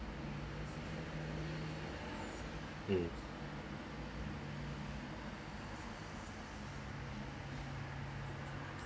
mm